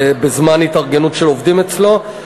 בזמן התארגנות של עובדים אצלו,